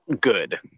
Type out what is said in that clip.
good